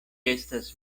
estas